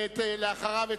ולאחריו,